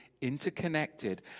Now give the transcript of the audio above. interconnected